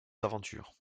aventures